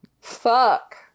Fuck